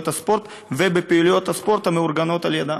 הספורט ובפעילויות הספורט המאורגנות על-ידם.